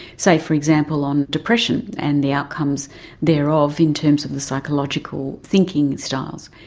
say for example on depression and the outcomes thereof in terms of the psychological thinking styles.